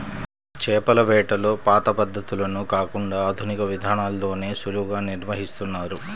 చేపల వేటలో పాత పద్ధతులను కాకుండా ఆధునిక విధానాల్లోనే సులువుగా నిర్వహిస్తున్నారు